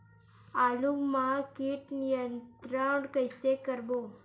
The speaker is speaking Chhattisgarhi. आलू मा कीट नियंत्रण कइसे करबो?